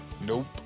Nope